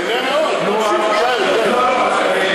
נהנה מאוד.